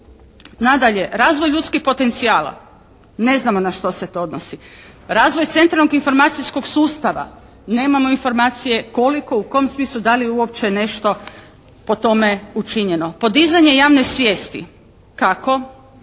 Nadalje, razvoj ljudskih potencijala, ne znamo na što se to odnosi. Razvoj centralnog informacijskog sustava, nemamo informacije koliko, u kom smislu i da li je uopće nešto po tome učinjeno. Podizanje javne svijesti, kako,